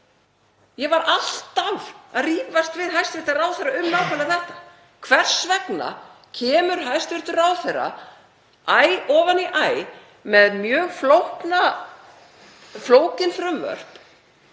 Ég var alltaf að rífast við hæstv. ráðherra um nákvæmlega þetta. Hvers vegna kemur hæstv. ráðherra æ ofan í æ með mjög flókin frumvörp